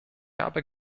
habe